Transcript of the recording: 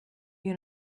you